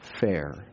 fair